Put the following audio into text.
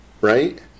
right